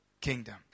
kingdom